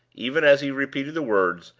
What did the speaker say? even as he repeated the words,